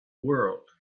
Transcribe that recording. world